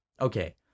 Okay